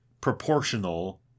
proportional